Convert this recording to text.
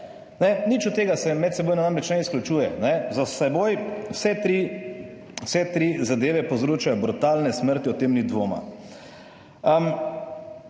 Nič od tega se medsebojno namreč ne izključuje, za seboj, vse tri, vse tri zadeve povzročajo brutalne smrti, o tem ni dvoma.